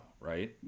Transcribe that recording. right